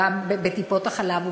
בטיפות-החלב ובכלל,